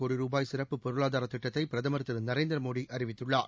கோடி ரூபாய் சிறப்பு பொருளாதார திட்டத்தை பிரதமர் திரு நரேந்திரமோடி அறிவித்துள்ளார்